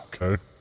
okay